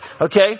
okay